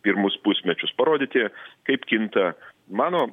pirmus pusmečius parodyti kaip kinta mano